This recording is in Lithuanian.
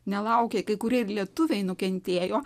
nelaukė kai kurie ir lietuviai nukentėjo